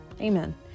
Amen